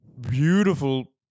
beautiful